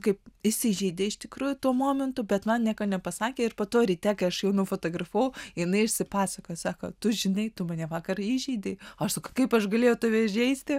kaip įsižeidė iš tikrųjų tuo momentu bet man nieko nepasakė ir po to ryte kai aš jau nufotografavau jinai išsipasakoja sako tu žinai tu mane vakar įžeidei o kaip aš galėjau tave įžeisti